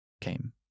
came